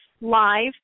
live